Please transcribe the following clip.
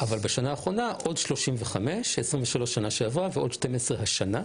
אבל בשנה האחרונה עוד 35: 23 בשנה שעברה ועוד 12 השנה.